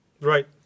Right